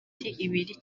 ibiri